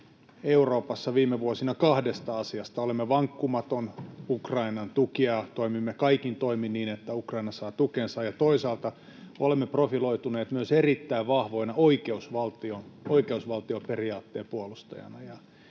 Euroopassa viime vuosina kahdesta asiasta: Olemme vankkumaton Ukrainan tukija ja toimimme kaikin toimin niin, että Ukraina saa tukensa. Toisaalta olemme profiloituneet myös erittäin vahvana oikeusvaltioperiaatteen puolustajana.